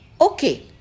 okay